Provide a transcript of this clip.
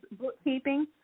bookkeeping